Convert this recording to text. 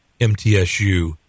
MTSU